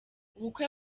ubukwe